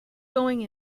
going